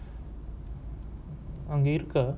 அங்க இருக்கா:anga irukkaa